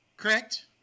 correct